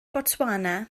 botswana